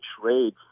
trade